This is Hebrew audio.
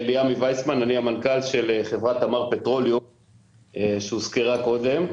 אני המנכ"ל של חברת תמר פטרוליום שהוזכרה קודם.